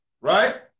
Right